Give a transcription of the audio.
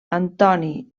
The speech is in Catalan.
antoni